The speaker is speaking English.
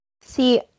See